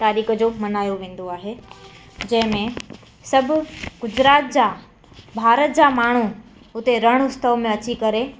तारीख़ जो मल्हायो वेंदो आहे जंहिं में सभु गुजरात जा भारत जा माण्हू हुते रण उत्सव में अची करे